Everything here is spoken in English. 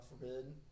forbid